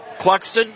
Cluxton